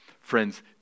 Friends